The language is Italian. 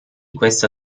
questa